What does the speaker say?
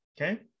Okay